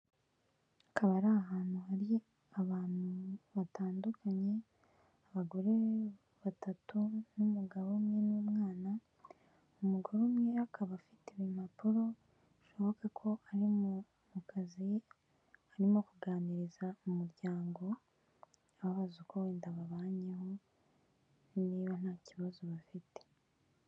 Akaba ari ahantu hari abantu batandukanye, abagore batatu n'umugabo umwe n'umwana, umugore umwe akaba afite impapuro, bishoboka ko ari mu kazi, arimo kuganiriza umuryango, ababaza uko wenda babanyeho, niba nta kibazo bafite.